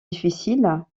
difficile